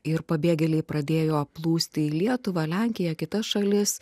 ir pabėgėliai pradėjo plūsti į lietuvą lenkiją kitas šalis